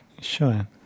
Sure